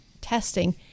testing